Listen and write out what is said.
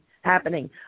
happening